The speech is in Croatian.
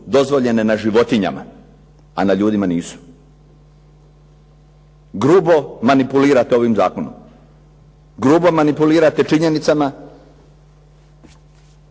dozvoljene na životinjama, a na ljudima nisu. Grubo manipulirate ovim zakonom, grubo manipulirate činjenicama.